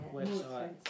website